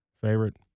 favorite